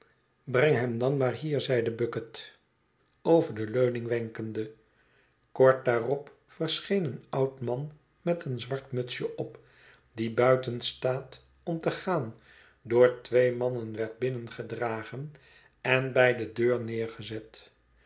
brengt hem dan maar hier zeide bucket over de leuning wenkende kort daarop verscheen een oud man met een zwart mutsje op die buiten staat om te gaan door twee mannen werd binnengedragen en bij de deur neergezet